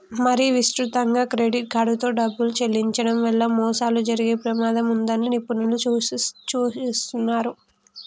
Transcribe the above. మరీ విస్తృతంగా క్రెడిట్ కార్డుతో డబ్బులు చెల్లించడం వల్ల మోసాలు జరిగే ప్రమాదం ఉన్నదని నిపుణులు సూచిస్తున్నరు